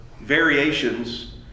variations